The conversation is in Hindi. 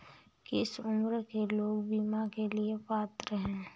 किस उम्र के लोग बीमा के लिए पात्र हैं?